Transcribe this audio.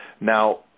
Now